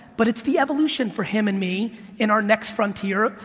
but it's the evolution for him and me and our next frontier,